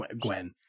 Gwen